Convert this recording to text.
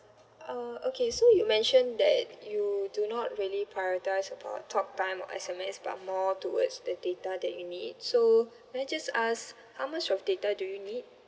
uh okay so you mentioned that you do not really prioritise about talk time or S_M_S but more towards the data that you need so may I just ask how much of data do you need